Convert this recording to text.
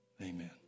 amen